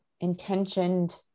intentioned